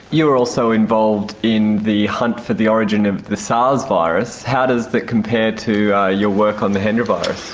you were also involved in the hunt for the origin of the sars virus, how does that compare to your work on the hendra virus?